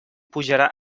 pujarà